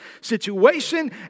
situation